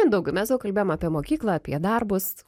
mindaugai mes jau kalbėjom apie mokyklą apie darbus